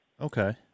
Okay